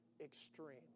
extreme